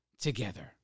together